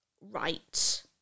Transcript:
right